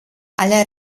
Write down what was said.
aller